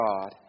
God